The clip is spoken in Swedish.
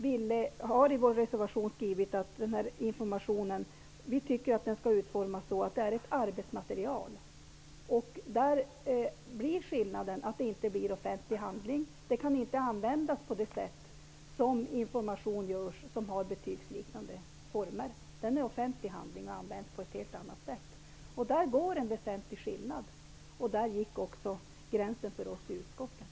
Vi har i vår reservation skrivit att vi tycker att informationen skall utformas så att det blir ett arbetsmaterial. Skillnaden är den att den inte blir en offentlig handling och inte kan användas så som information i betygsliknande form. Skriftlig information i betygsliknande form är en offentlig handling och används alltså på ett helt annat sätt. Det är en väsentlig skillnad. Där gick gränsen för oss också i utskottet.